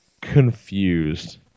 confused